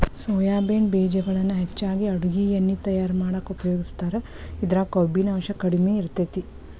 soybean ಬೇಜಗಳನ್ನ ಹೆಚ್ಚಾಗಿ ಅಡುಗಿ ಎಣ್ಣಿ ತಯಾರ್ ಮಾಡಾಕ ಉಪಯೋಗಸ್ತಾರ, ಇದ್ರಾಗ ಕೊಬ್ಬಿನಾಂಶ ಕಡಿಮೆ ಇರತೇತಿ